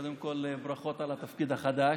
קודם כול ברכות על התפקיד החדש.